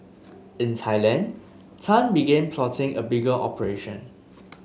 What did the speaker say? in Thailand Tan began plotting a bigger operation